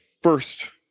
first